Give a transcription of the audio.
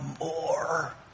more